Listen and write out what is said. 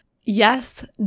Yes